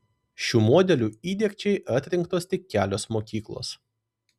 šių modelių įdiegčiai atrinktos tik kelios mokyklos